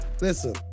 Listen